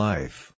Life